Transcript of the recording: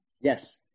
Yes